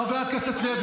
חבר הכנסת גואטה,